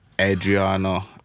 Adriano